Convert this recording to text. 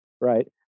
right